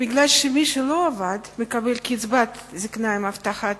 כי מי שלא עבד מקבל קצבת זיקנה עם הבטחת